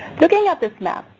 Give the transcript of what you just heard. looking at this map,